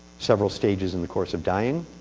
several stages in the course of dying,